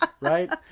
right